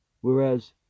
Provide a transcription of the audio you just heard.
Whereas